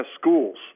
schools